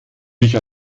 dich